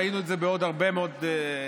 וראינו את זה בעוד הרבה מאוד ענפים.